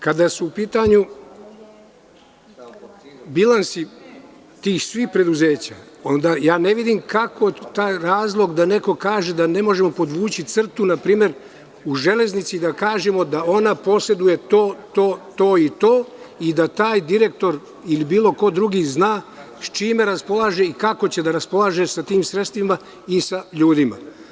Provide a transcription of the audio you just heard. Kada su u pitanju bilansi tih svih preduzeća ne vidim razlog da neko kaže da ne možemo podvući crtu i da „Železnica“ poseduje to, to, to i to i da taj direktor ili bilo ko drugi zna sa čime raspolaže i kako će da raspolaže sa tim sredstvima i sa ljudima.